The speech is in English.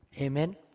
Amen